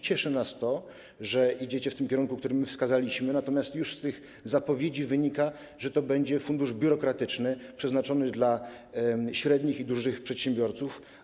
Cieszy nas to, że idziecie w tym kierunku, który wskazaliśmy, natomiast już z tych zapowiedzi wynika, że to będzie fundusz biurokratyczny, przeznaczony dla średnich i dużych przedsiębiorców.